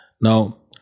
Now